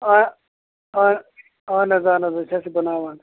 آ آ اہَن حظ اَہَن حظ أسۍ حظ چھِ بَناوان